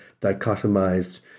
dichotomized